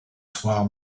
soir